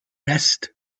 rest